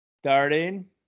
Starting